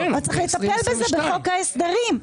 צריך לטפל בזה בחוק ההסדרים.